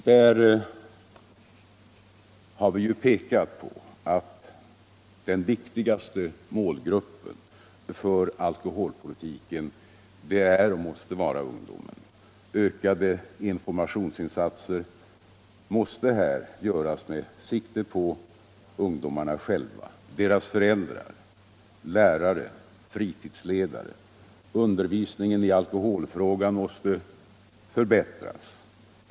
Vi har pekat på att den viktigaste målgruppen för alkoholpolitiken är och måste vara ungdomen. Ökade informationsinsatser måste göras med sikte på ungdomarna själva och deras föräldrar, lärare och på fritidsledare. Undervisningen i alkoholfrågan måste förbättras.